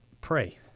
pray